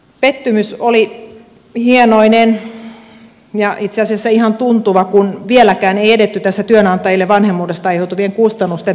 pettymys oli hienoinen itse asiassa ihan tuntuva kun vieläkään ei edetty tässä työnantajille vanhemmuudesta aiheutuvien kustannusten tasaamisessa